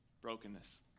brokenness